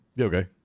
Okay